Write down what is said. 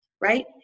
right